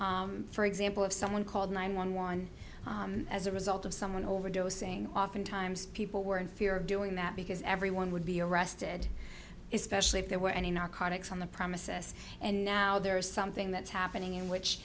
for example if someone called nine one one as a result of someone overdosing oftentimes people were in fear of doing that because everyone would be arrested is specially if there were any narcotics on the premises and now there is something that's happening in which